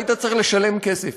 היית צריך לשלם כסף.